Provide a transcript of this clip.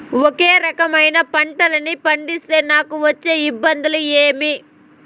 ఒకే రకమైన పంటలని పండిస్తే నాకు వచ్చే ఇబ్బందులు ఏమి?